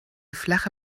flache